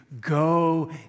Go